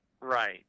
Right